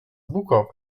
bukowy